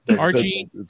Archie